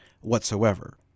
whatsoever